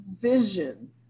vision